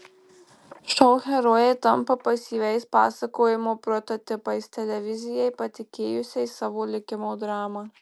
šou herojai tampa pasyviais pasakojimo prototipais televizijai patikėjusiais savo likimo dramą